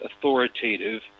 authoritative